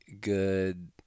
good